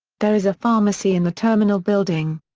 there is a pharmacy in the terminal building.